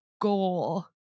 goal